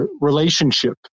relationship